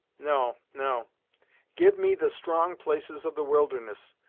no, no give me the strong places of the wilderness,